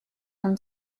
from